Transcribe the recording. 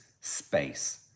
space